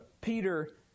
Peter